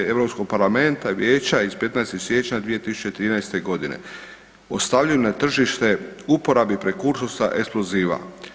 Europskog parlamenta i vijeća iz 15. siječnja 2013. godine o stavljanju na tržište i uporabi prekursora eksploziva.